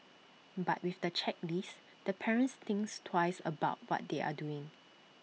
but with the checklist the parents think twice about what they are doing